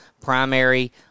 primary